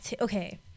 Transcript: okay